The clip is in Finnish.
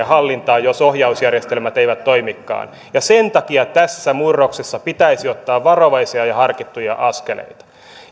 hallintaan jos ohjausjärjestelmät eivät toimikaan sen takia tässä murroksessa pitäisi ottaa varovaisia ja harkittuja askeleita